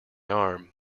arm